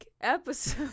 episode